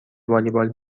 والیبال